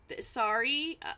Sorry